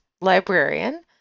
Librarian